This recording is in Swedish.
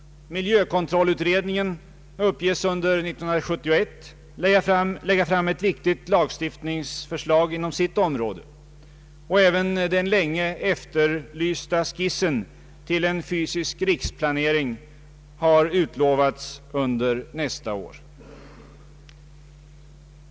Miljökontrollutredningen uppges under 1971 lägga fram ett viktigt lagstiftningsförslag inom sitt område, och den länge efterfrågade skissen till en fysisk riksplanering har ju utlovats under nästa år.